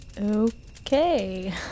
Okay